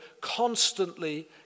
constantly